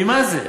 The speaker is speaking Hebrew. ממה זה?